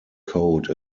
code